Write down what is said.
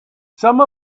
some